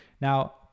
Now